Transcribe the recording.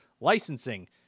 licensing